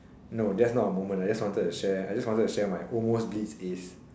no there's not a moment I just wanted to share I just wanted to share my almost blitz ace